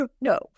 No